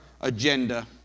agenda